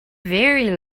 very